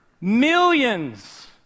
millions